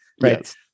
right